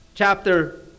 chapter